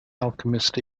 alchemist